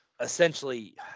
essentially